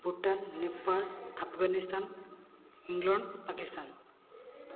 Bhutan Nepal Afghanistan England Pakistan